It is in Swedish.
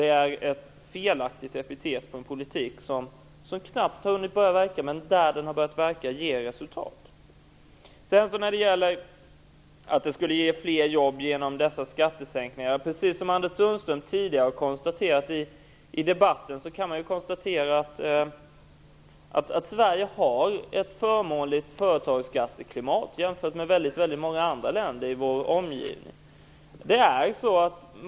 Det är dessutom ett felaktigt epitet på en politik som knappt har hunnit börja verka, men som ger resultat där den har börjat verka. Jag vill kommentera tesen att dessa skattesänkningar skulle ge fler jobb. Precis som Anders Sundström gjorde tidigare i debatten kan man konstatera att Sverige har ett förmånligt företagsskatteklimat jämfört med väldigt många andra länder i vår omgivning.